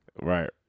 Right